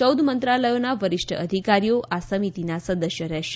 ચૌદ મંત્રાલયોના વરિષ્ઠ અધિકારીઓ આ સમિતિના સદસ્ય રહેશે